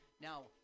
now